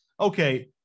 Okay